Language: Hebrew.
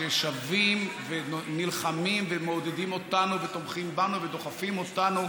ששבים ונלחמים ומעודדים אותנו ותומכים בנו ודוחפים אותנו